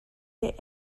der